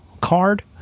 card